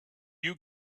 you